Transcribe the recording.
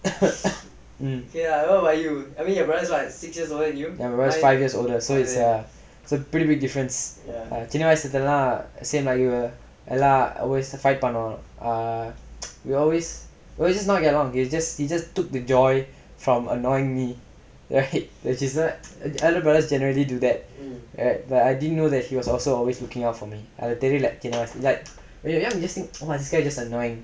five years older so it's a it's a pretty big difference சின்ன வயசுல இருந்தெல்லா:chinna vayasula irunthellaa same like you எல்லா:ellaa always fight பண்ணுவோ:pannuvo he just took the joy from annoying me brothers generally do that but I didn't know that he was also always looking out for me அது தெரியில சின்ன vayasu:athu theriyila chinna vayasu like when you're young you just think !wah! this guy is just annoying